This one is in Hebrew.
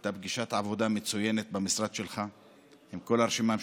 הייתה פגישת עבודה מצוינת במשרד שלך עם כל הרשימה המשותפת.